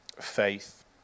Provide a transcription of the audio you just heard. faith